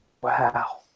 Wow